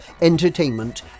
entertainment